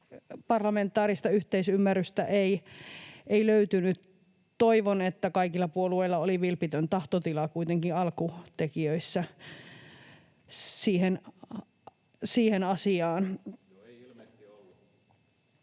parlamentaarista yhteisymmärrystä ei löytynyt. Toivon, että kaikilla puolueilla oli kuitenkin alkutekijöissä vilpitön